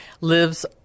lives